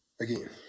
Again